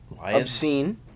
obscene